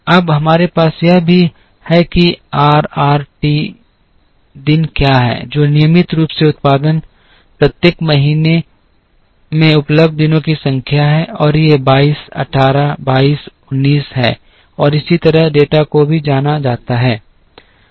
अब हमारे पास यह भी है कि एक r r t दिन क्या है जो नियमित रूप से उत्पादन के लिए प्रत्येक महीने में उपलब्ध दिनों की संख्या है और ये 22 18 22 19 हैं और इसी तरह इस डेटा को भी जाना जाता है